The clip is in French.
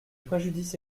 préjudice